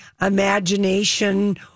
imagination